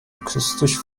akustisch